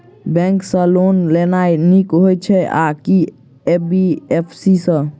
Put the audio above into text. Bank सँ loan लेनाय नीक होइ छै आ की एन.बी.एफ.सी सँ?